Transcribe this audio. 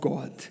God